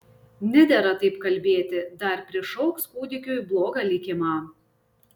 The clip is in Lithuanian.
nedera taip kalbėti dar prišauks kūdikiui blogą likimą